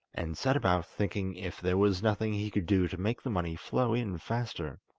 and set about thinking if there was nothing he could do to make the money flow in faster.